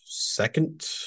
Second